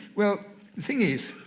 well thing is